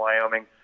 Wyoming